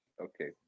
Okay